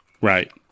right